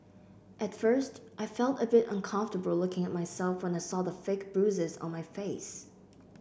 at first I felt a bit uncomfortable looking at myself when I saw the fake bruises on my face